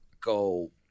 go